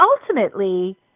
ultimately